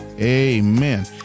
Amen